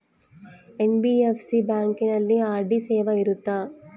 NBFC ಬ್ಯಾಂಕಿನಲ್ಲಿ RD ಸೇವೆ ಇರುತ್ತಾ?